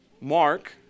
Mark